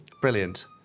Brilliant